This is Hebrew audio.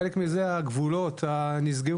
חלק מזה זה שהגבולות נסגרו,